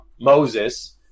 Moses